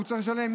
הוא צריך לשלם.